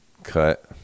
Cut